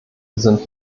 sind